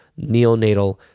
neonatal